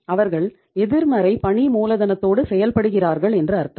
அவர்கள் எதிர்மறை பணி மூலதனத்தோடு செயல்படுகிறார்கள் என்று அர்த்தம்